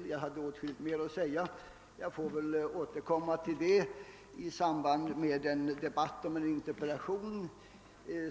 Men det skulle vara åtskilligt mer att säga, och jag får väl återkomma till detta i samband med den debatt